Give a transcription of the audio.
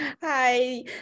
Hi